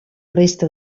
resta